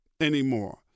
anymore